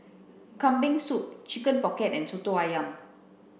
kambing soup chicken pocket and soto ayam